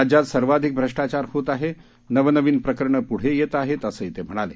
राज्यात सर्वाधिक भ्रष्टाचार होत आहे नवनवीन प्रकरणं पुढे येत आहेत असंही ते म्हणाले